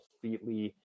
completely